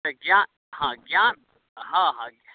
तऽ ज्ञान हँ ज्ञान हँ हँ ज्ञान